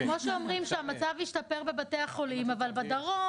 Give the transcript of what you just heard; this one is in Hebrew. זה כמו שאומרים שהמצב השתפר בבתי החולים אבל בדרום